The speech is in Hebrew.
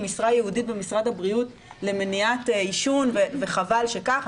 משרה ייעודית במשרד הבריאות למניעת עישון וחבל שכך.